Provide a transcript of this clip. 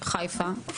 חיפה,